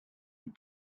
and